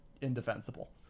indefensible